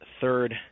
third